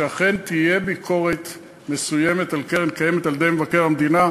שאכן תהיה ביקורת מסוימת על קרן קיימת על-ידי מבקר המדינה.